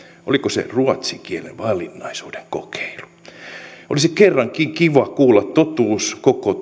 oliko se ruotsin kielen valinnaisuuden kokeilu olisi kerrankin kiva kuulla totuus koko